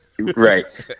Right